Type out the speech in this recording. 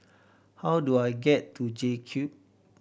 how do I get to J Cube